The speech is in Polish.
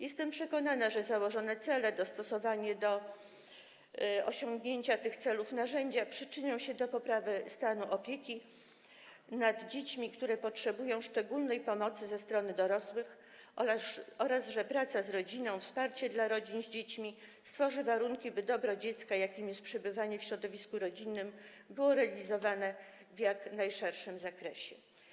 Jestem przekonana, że założone cele i dostosowane do osiągnięcia tych celów narzędzia przyczynią się do poprawy stanu opieki nad dziećmi, które potrzebują szczególnej pomocy ze strony dorosłych, oraz że praca z rodziną, wsparcie dla rodzin z dziećmi stworzy warunki, by dobro dziecka, jakim jest przebywanie w środowisku rodzinnym, było realizowane w jak najszerszym zakresie.